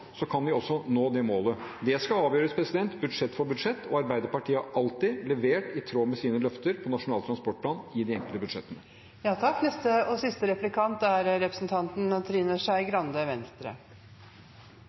så kan vi også nå det målet. Det skal avgjøres budsjett for budsjett, og Arbeiderpartiet har alltid levert i tråd med sine løfter i forbindelse med Nasjonal transportplan og de enkelte budsjettene. Jeg innrømmer at det er en stund siden Venstre hadde statsministeren, men en av de siste